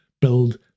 build